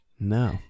No